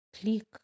Click